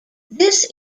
this